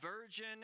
virgin